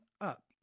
up